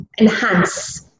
enhance